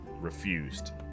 refused